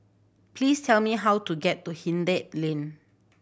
please tell me how to get to Hindhede Lane